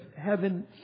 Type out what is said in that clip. heaven